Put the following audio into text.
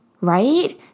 right